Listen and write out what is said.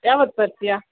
ಯಾವತ್ತು ಬರ್ತೀಯಾ